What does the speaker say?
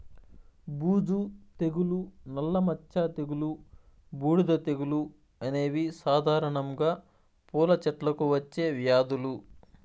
బూజు తెగులు, నల్ల మచ్చ తెగులు, బూడిద తెగులు అనేవి సాధారణంగా పూల చెట్లకు వచ్చే వ్యాధులు